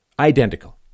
Identical